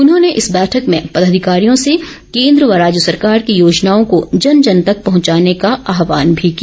उन्होंने इस बैठक में पदाधिकारियों से केन्द्र व राज्य सरकार की योजनाओं को जन जन तक पहुंचाने का आहवान भी किया